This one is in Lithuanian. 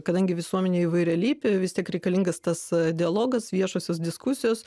kadangi visuomenė įvairialypė vis tiek reikalingas tas dialogas viešosios diskusijos